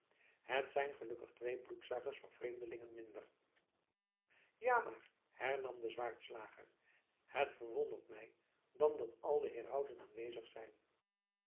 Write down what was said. het zijn gelukkig twee bloedzuigers van vreemdelingen minder ja maar hernam de zwaardslager het verwondert mij dan dat al de herauten aanwezig zijn